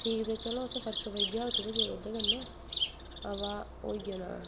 ठीक ऐ चलो असें गी फर्क पेई जाह्ग ओह्दे कन्नै थोह्ड़े चिर अवा होई गै जाना